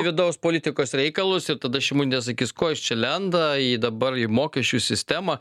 vidaus politikos reikalus ir tada šimonytė sakys ko jis čia lenda į dabar į mokesčių sistemą